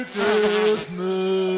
Christmas